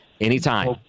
Anytime